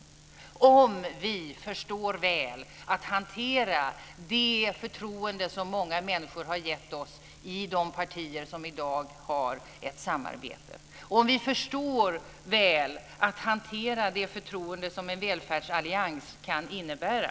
Vi kan undvika det om vi förstår väl att hantera det förtroende som många människor har gett oss i de partier som i dag har ett samarbete, om vi förstår väl att hantera det förtroende som en välfärdsallians kan innebära.